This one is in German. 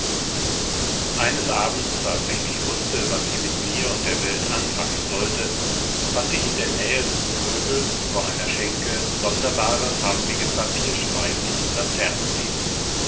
eines abends als ich nicht wußte was ich mit mir und der welt anfangen sollte fand ich in der nähe des krögels vor einer schenke sonderbare farbige papierstreifen und laternen hängen